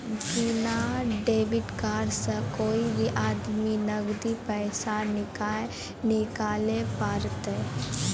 बिना debit card से कोय भी आदमी नगदी पैसा नाय निकालैल पारतै